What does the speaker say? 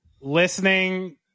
listening